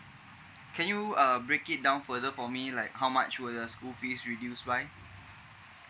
can you uh break it down further for me like how much would the school fees reduce by